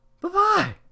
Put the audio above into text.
bye-bye